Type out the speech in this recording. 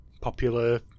popular